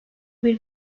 bir